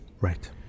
right